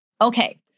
Okay